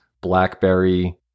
BlackBerry